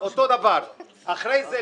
אחרי זה,